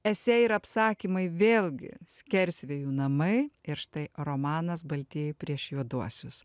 esė ir apsakymai vėlgi skersvėjų namai ir štai romanas baltieji prieš juoduosius